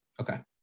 Okay